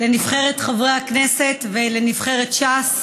לנבחרת חברי הכנסת ולנבחרת ש"ס.